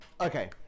okay